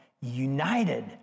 united